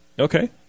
okay